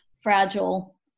fragile